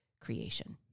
creation